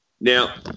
Now